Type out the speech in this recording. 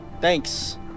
Thanks